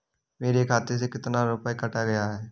मेरे खाते से कितना रुपया काटा गया है?